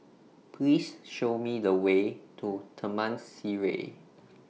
Please Show Me The Way to Taman Sireh